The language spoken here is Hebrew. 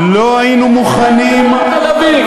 מה הצביעות?